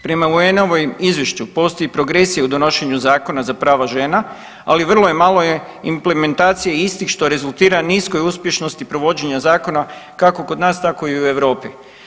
Prema UN-ovom izvješću postoji progresija u donošenju zakona za prava žena, ali vrlo je malo implementacije istih što rezultira niskoj uspješnosti provođenja zakona kako kod nas, tako i u Europi.